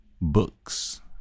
books